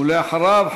ואחריו,